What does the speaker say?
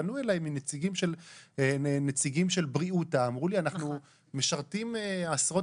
פנו אליי נציגים של בריאותא ואמרו לי שהם משרתים עשרות